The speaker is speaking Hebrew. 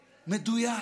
מדויק,